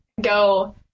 go